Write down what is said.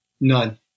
None